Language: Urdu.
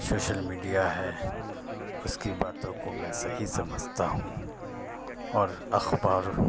سوشل میڈیا ہے اس کی باتوں کو میں صحیح سمجھتا ہوں اور اخبار